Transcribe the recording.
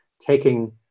taking